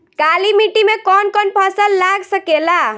काली मिट्टी मे कौन कौन फसल लाग सकेला?